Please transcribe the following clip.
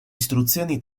istruzioni